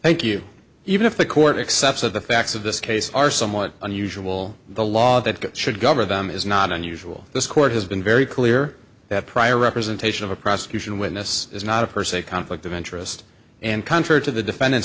thank you even if the court accept that the facts of this case are somewhat unusual the law that gets should cover them is not unusual this court has been very clear that prior representation of a prosecution witness is not a per se conflict of interest and contrary to the defendant